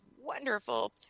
wonderful